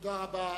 תודה רבה.